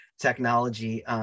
technology